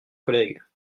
collègues